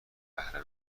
بهره